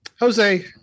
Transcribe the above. Jose